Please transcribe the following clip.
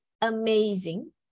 amazing